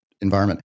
environment